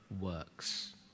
works